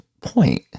point